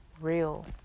real